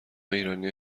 ایرانیا